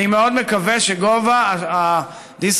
אני מאוד מקווה שגובה ה-disregard